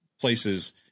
places